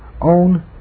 own